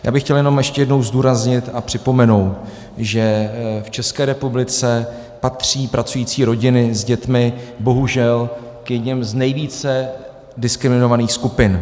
Já bych chtěl jenom ještě jednou zdůraznit a připomenout, že v České republice patří pracující rodiny s dětmi bohužel k jedněm z nejvíce diskriminovaných skupin.